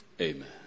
Amen